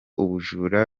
ubujura